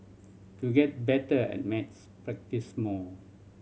to get better at maths practise more